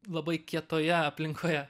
labai kietoje aplinkoje